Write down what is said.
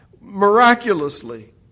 miraculously